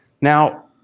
Now